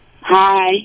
Hi